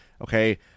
okay